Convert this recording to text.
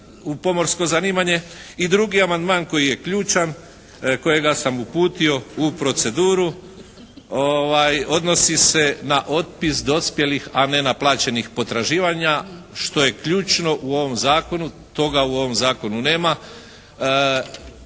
u pomorsko zanimanje. I drugi amandman koji je ključan, kojega sam uputio u proceduru odnosi se na otpis dospjelih, a nenaplaćenih potraživanja što je ključno u ovom zakonu. Toga u ovom zakonu nema.